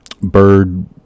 bird